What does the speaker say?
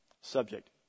subject